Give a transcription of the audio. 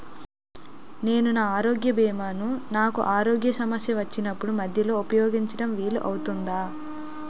నేను నా ఆరోగ్య భీమా ను నాకు ఆరోగ్య సమస్య వచ్చినప్పుడు మధ్యలో ఉపయోగించడం వీలు అవుతుందా?